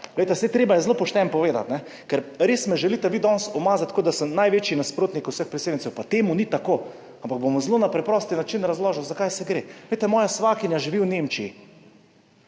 Treba je zelo pošteno povedati, ker me res želite danes umazati, kot da sem največji nasprotnik vseh priseljencev, pa ni tako, ampak bom na zelo preprost način razložil, za kaj gre. Moja svakinja živi v Nemčiji.